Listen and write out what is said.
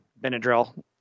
Benadryl